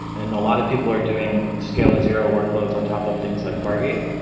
and a lot of people are doing scale to zero workloads on top of things like fargate.